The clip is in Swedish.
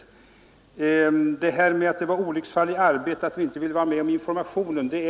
Sedan är det väl frågan huruvida det var ett olycksfall i arbetet att vi inte ville vara med om informationen.